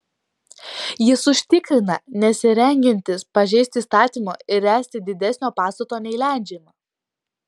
jis užtikrina nesirengiantis pažeisti įstatymo ir ręsti didesnio pastato nei leidžiama